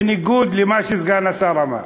בניגוד למה שסגן השר אמר,